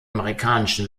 amerikanischen